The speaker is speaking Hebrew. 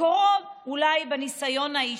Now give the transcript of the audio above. מקורו אולי בניסיון האישי.